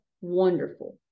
wonderful